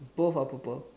both are purple